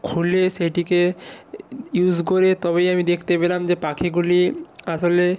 খুলে সেটিকে ইউজ করে তবেই আমি দেখতে পেলাম যে পাখিগুলি আসলে